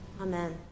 Amen